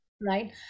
right